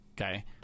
Okay